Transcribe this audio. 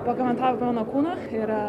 pakomentavo apie mano kūną ir